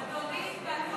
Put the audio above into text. אדוני, בלוח